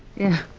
yeah,